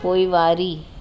पोइवारी